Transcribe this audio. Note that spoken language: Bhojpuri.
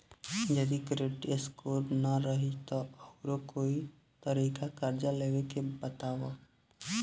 जदि क्रेडिट स्कोर ना रही त आऊर कोई तरीका कर्जा लेवे के बताव?